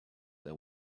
than